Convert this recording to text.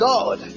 God